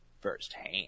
firsthand